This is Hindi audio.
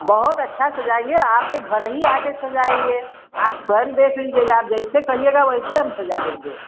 बहुत अच्छा सजाएँगे आपके घर ही आकर सजाएँगे आप स्वयं देख लीजिएगा आप जइसे कहिएगा हम वैसे सजा देंगे